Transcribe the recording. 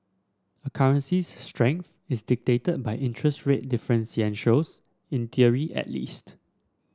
a currency's strength is dictated by interest rate differentials in theory at least